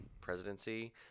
presidency